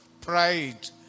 pride